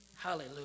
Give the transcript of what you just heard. Hallelujah